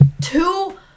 two